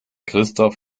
christoph